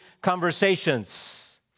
conversations